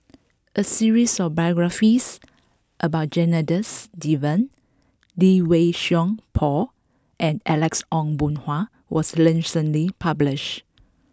a series of biographies about Janadas Devan Lee Wei Song Paul and Alex Ong Boon Hau was recently published